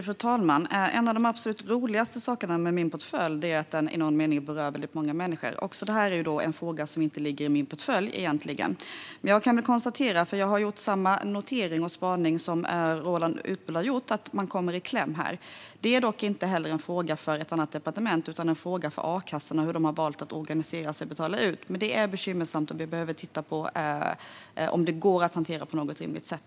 Fru talman! En av de absolut roligaste sakerna med min portfölj är att den i någon mening berör väldigt många människor. Detta är dock en fråga som egentligen inte tillhör min portfölj. Men jag har gjort samma notering och spaning som Roland Utbult och kan konstatera att man kommer i kläm här. Detta är dock inte heller en fråga för ett annat departement utan för akassorna; det handlar om hur de har valt att organisera sig och betala ut. Men detta är bekymmersamt. Vi behöver titta på om det går att hantera på något rimligt sätt.